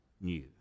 new